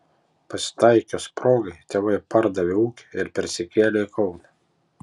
pasitaikius progai tėvai pardavė ūkį ir persikėlė į kauną